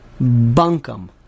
bunkum